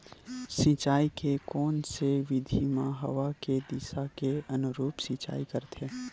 सिंचाई के कोन से विधि म हवा के दिशा के अनुरूप सिंचाई करथे?